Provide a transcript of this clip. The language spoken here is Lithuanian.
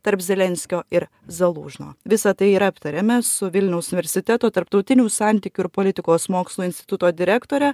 tarp zelenskio ir zalužno visa tai ir aptariame su vilniaus universiteto tarptautinių santykių ir politikos mokslų instituto direktore